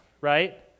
right